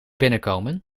binnenkomen